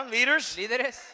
Leaders